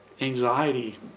anxiety